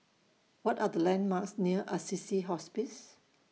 What Are The landmarks near Assisi Hospice